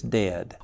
dead